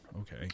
Okay